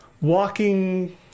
walking